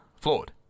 flawed